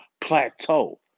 plateau